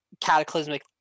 cataclysmic